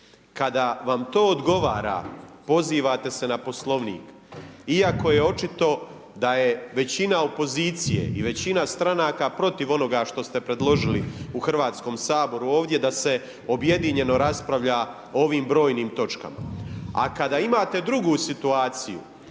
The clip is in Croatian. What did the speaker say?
kada vam to odgovara pozivate se na poslovnik iako je očito da je većina opozicije i većina stranaka protiv onoga što ste predložili u Hrvatskom saboru ovdje da se objedinjeno raspravlja o ovim brojnim točkama, a kada imate drugu situaciju